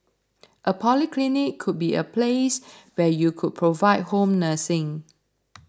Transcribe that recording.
a polyclinic could be a place where you could provide home nursing